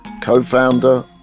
co-founder